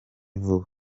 vuba